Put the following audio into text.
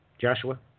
Joshua